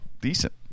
decent